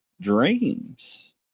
Dreams